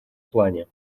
плане